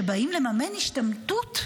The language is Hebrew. כשבאים לממן השתמטות,